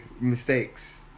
mistakes